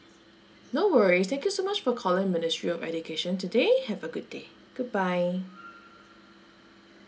no worries thank you so much for calling ministry of education today have a good day goodbye